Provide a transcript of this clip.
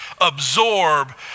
absorb